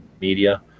media